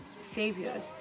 saviors